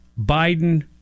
Biden